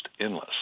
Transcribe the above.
endless